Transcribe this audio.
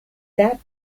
that